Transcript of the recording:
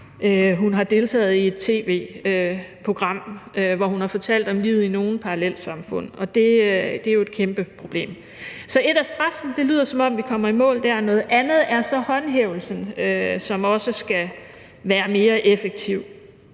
hun har deltaget i et tv-program, hvor hun har fortalt om livet i nogle parallelsamfund, og det er jo et kæmpeproblem. Så ét er straffen – det lyder, som om vi kommer i mål der – noget andet er så håndhævelsen, som også skal være mere effektiv.